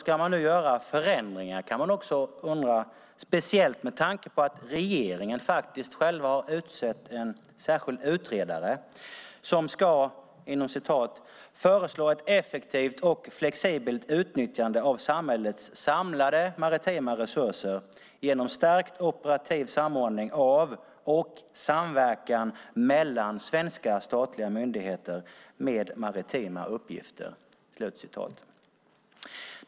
Man kan också undra varför man nu ska göra förändringar, speciellt med tanke på att regeringen har utsett en särskild utredare som ska "föreslå ett effektivt och flexibelt utnyttjande av samhällets samlade maritima resurser genom stärkt operativ samordning av och samverkan mellan svenska statliga myndigheter med maritima uppgifter". Fru talman!